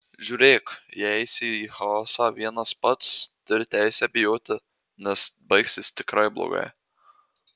žiūrėk jei eisi į chaosą vienas pats turi teisę bijoti nes baigsis tikrai blogai